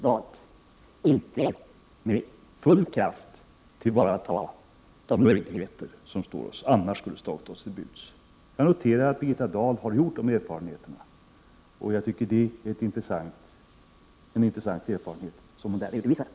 De utsläpp som skadar vår miljö mest kommer i stor utsträckning från Europa. Jag noterar att Birgitta Dahl har gjort de erfarenheterna. Jag tycker att det är intressanta erfarenheter som hon redovisar.